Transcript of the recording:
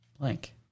blank